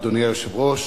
אדוני היושב-ראש,